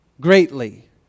greatly